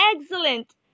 excellent